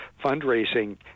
fundraising